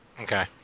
Okay